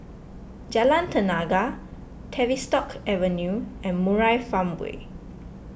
Jalan Tenaga Tavistock Avenue and Murai Farmway